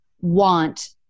want